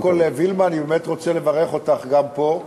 אני באמת רוצה לברך אותך גם פה.